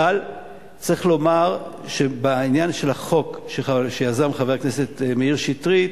אבל צריך לומר בעניין החוק שיזם חבר הכנסת מאיר שטרית,